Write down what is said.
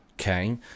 Okay